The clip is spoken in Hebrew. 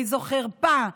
איזו חרפה.